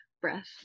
breath